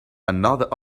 another